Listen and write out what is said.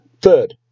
third